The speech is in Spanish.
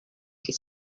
que